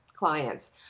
clients